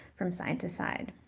from side to side.